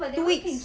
two weeks